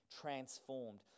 transformed